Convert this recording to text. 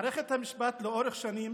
מערכת המשפט לאורך שנים